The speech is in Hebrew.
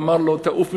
ואמר לו: תעוף,